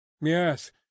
Yes